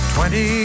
Twenty